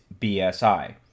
BSI